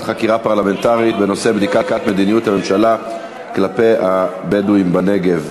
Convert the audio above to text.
חקירה פרלמנטרית בנושא מדיניות הממשלה כלפי הבדואים בנגב.